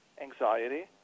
anxiety